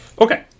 Okay